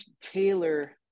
tailor